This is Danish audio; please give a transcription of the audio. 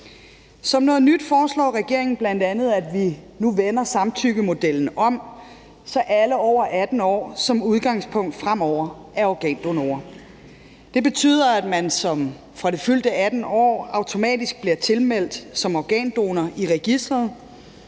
Som noget nyt foreslår regeringen bl.a., at vi nu vender samtykkemodellen om, så alle over 18 år som udgangspunkt fremover er organdonorer. Det betyder, at man fra det fyldte 18. år automatisk bliver tilmeldt som organdonor i registeret.